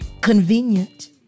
convenient